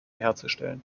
herzustellen